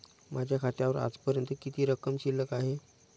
माझ्या खात्यावर आजपर्यंत किती रक्कम शिल्लक आहे?